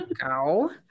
go